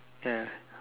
ya